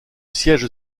siège